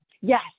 Yes